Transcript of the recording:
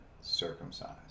circumcised